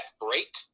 break